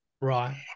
Right